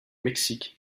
mexique